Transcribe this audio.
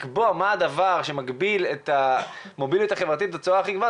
לקבוע מה הדבר שמגביל את המוביליות החברתית בצורה הכי גבוהה,